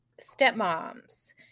stepmoms